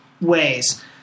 ways